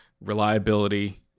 reliability